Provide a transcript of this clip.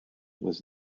was